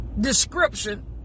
description